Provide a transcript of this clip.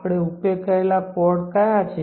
આપણે ઉપયોગ કરેલા કોર્ડ કયા છે